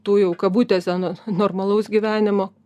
tų jau kabutėse normalaus gyvenimo